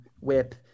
whip